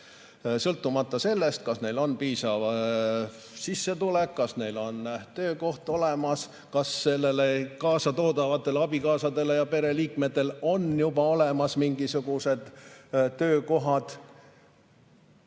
sõltumata sellest, kas neil on piisav sissetulek, kas neil on töökoht olemas, kas kaasatoodavatel abikaasadel ja teistel pereliikmetel on juba olemas mingisugused töökohad.